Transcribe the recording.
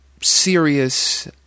serious